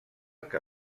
que